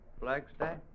Flagstaff